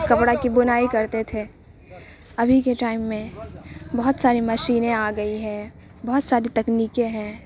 کپڑا کی بنائی کرتے تھے ابھی کے ٹائم میں بہت ساری مشینیں آ گئی ہیں بہت ساری تکنیکیں ہیں